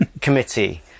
committee